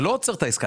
זה לא עוצר את העסקה,